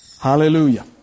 hallelujah